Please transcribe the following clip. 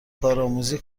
کارآموزی